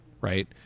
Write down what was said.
Right